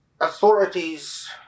authorities